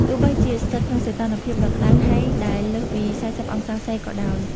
ទោះបីជាស្ថិតក្នុងសីតុណ្ហភាពដ៏ក្ដៅហែងដែលលើសពី ៤០ អង្សាសេក៏ដោយ។